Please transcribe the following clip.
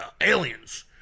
Aliens